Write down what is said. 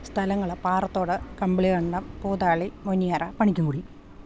സ്ഥലങ്ങൾ പാറത്തോട് കമ്പിളികണ്ടം പൂതാളി മുനിയറ പണിക്കം കുടി